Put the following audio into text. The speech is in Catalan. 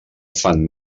fan